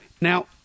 Now